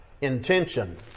Intention